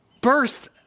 burst